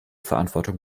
verantwortung